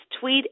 tweet